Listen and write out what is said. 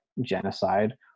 genocide